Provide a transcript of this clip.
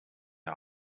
der